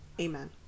amen